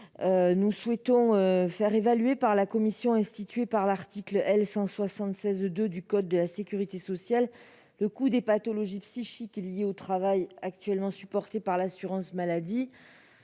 Nous souhaitons faire évaluer, par la commission instituée à l'article L. 176-2 du code de la sécurité sociale, le coût des pathologies psychiques liées au travail actuellement supporté par l'assurance maladie.